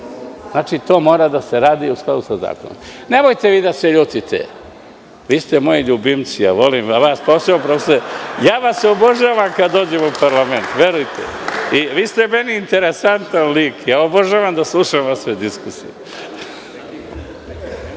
Znači, to mora da se radi u skladu sa zakonom. Nemojte vi da se ljutite, vi ste moji ljubimci. Ja vas obožavam kad dođem u parlament. Verujte mi. Vi ste meni interesantan lik i ja obožavam da slušam vašu diskusiju.